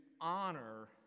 honor